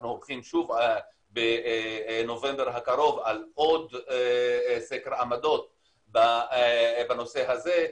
אנחנו עורכים שוב בנובמבר הקרוב עוד סקר עמדות בנושא הזה,